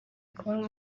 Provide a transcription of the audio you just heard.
kubonwa